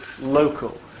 local